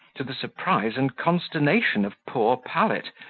to the surprise and consternation of poor pallet,